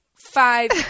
five